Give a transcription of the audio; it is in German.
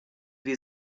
wir